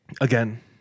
again